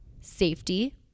safety